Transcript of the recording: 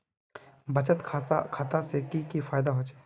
बचत खाता से की फायदा होचे?